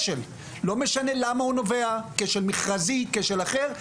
לא משנה אם זה כשל מכרזי או כשל אחר,